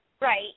right